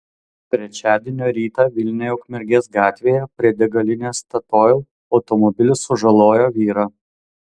trečiadienio rytą vilniuje ukmergės gatvėje prie degalinės statoil automobilis sužalojo vyrą